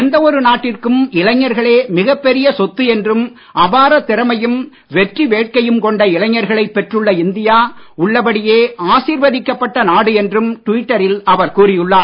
எந்த ஒரு நாட்டிற்கும் இளைஞர்களே மிகப் பெரிய சொத்து என்றும் அபாரத் திறமையும் வெற்றி வேட்கையும் கொண்ட இளைஞர்களை பெற்றுள்ள இந்தியா உள்ளபடியே ஆசிர்வதிக்கப்பட்ட நாடு என்றும் டுவிட்டரில் அவர் கூறியுள்ளார்